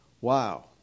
wow